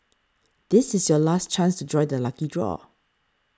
this is your last chance to join the lucky draw